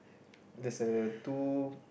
there's a two